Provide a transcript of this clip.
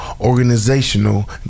organizational